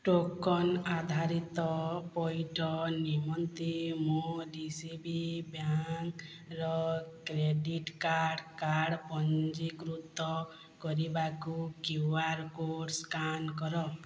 token ଆଧାରିତ ପଇଠ ନିମନ୍ତେ ମୋ ଡି ସି ବି ବ୍ୟାଙ୍କର କ୍ରେଡ଼ିଟ୍ କାର୍ଡ଼ କାର୍ଡ଼ ପଞ୍ଜୀକୃତ କରିବାକୁ କ୍ୟୁ ଆର୍ କୋଡ଼ ସ୍କାନ୍ କର